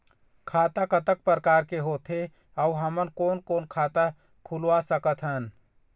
खाता कतका प्रकार के होथे अऊ हमन कोन कोन खाता खुलवा सकत हन?